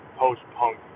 post-punk